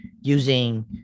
using